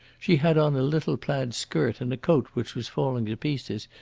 she had on a little plaid skirt and a coat which was falling to pieces,